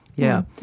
yeah,